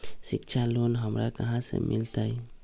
शिक्षा लोन हमरा कहाँ से मिलतै?